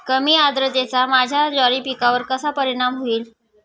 कमी आर्द्रतेचा माझ्या ज्वारी पिकावर कसा परिणाम होईल?